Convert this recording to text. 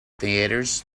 theatres